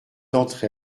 d’entre